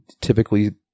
typically